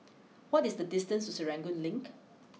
what is the distance to Serangoon Link